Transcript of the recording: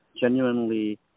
genuinely